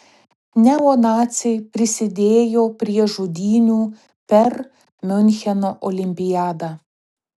neonaciai prisidėjo prie žudynių per miuncheno olimpiadą